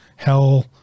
Hell